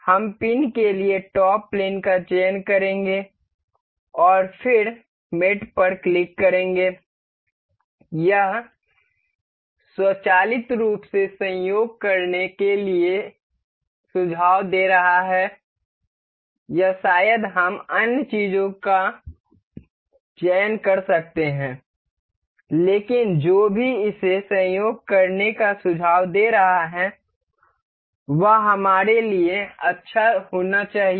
हम पिन के लिए टॉप प्लेन का चयन करेंगे और फिर मेट पर क्लिक करेंगे यह स्वचालित रूप से संयोग करने के लिए सुझाव दे रहा है या शायद हम अन्य चीजों का चयन कर सकते हैं लेकिन जो भी इसे संयोग करने का सुझाव दे रहा है वह हमारे लिए अच्छा होना चाहिए